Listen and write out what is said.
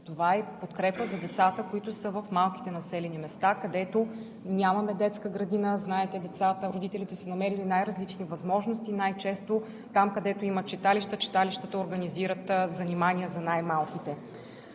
това е и подкрепа за децата, които са в малките населени места, където нямаме детска градина. Знаете, родителите са намерили най-различни възможности най-често там, където има читалища, читалищата организират занимания за най-малките.